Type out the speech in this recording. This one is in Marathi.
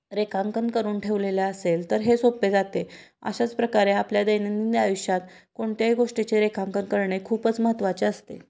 रेखांकन करून ठेवलेले असेल तर हे सोप्पे जाते अशाच प्रकारे आपल्या दैनंदि आयुष्यात कोणत्याही गोष्टीचे रेखांकन करणे खूपच महत्त्वाचे असते